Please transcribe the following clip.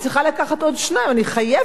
אני חייבת לקחת עוד שניים,